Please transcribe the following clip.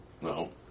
No